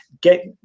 get